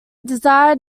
desired